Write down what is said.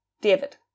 David